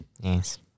Yes